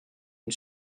une